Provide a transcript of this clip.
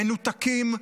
מנותקים,